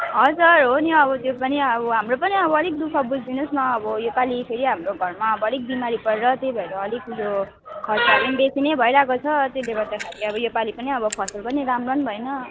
हजुर हो नि अब त्यो पनि अब हाम्रो पनि अब अलिक दु ख बुझिदिनुहोस् न अब योपालि फेरि हाम्रो घरमा अब अलिक बिमारी परेर त्यही भएर अलिक यो खर्चाहरू नि बेसी नै भइरहेको छ त्यसले गर्दाखेरि अब योपालि पनि अब फसल पनि राम्रो नि भएन